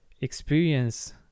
experience